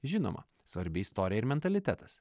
žinoma svarbi istorija ir mentalitetas